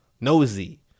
nosy